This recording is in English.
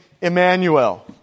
Emmanuel